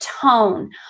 tone